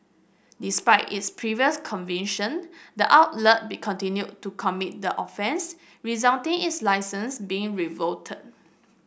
despite its previous conviction the outlet be continued to commit the offence resulting in its licence being revoked